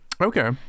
Okay